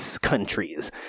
countries